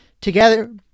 Together